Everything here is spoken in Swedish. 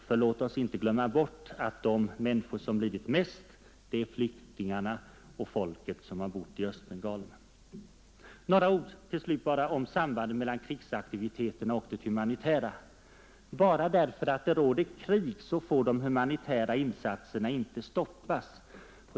För låt oss inte glömma bort att de som lidit mest är flyktingarna och folket som har bott i Östbengalen. Några ord till slut om sambandet mellan krigsaktiviteterna och det humanitära. Bara därför att det råder krig får de humanitära insatserna inte stoppas.